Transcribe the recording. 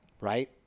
Right